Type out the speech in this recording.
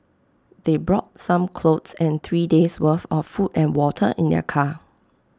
they brought some clothes and three days'worth of food and water in their car